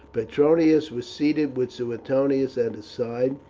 petronius was seated with suetonius at his side,